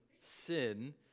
sin